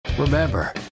Remember